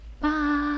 bye